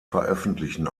veröffentlichen